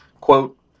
Quote